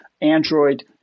Android